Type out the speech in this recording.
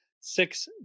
six